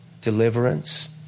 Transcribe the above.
deliverance